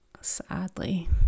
sadly